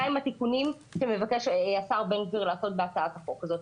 מהם התיקונים שמבקש השר בן גביר לעשות בהצעת החוק הזאת.